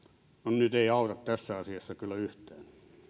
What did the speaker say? nyt ei auta tässä asiassa kyllä yhtään